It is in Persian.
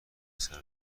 پسر